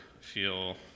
feel